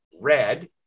red